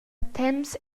temps